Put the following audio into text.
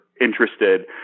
interested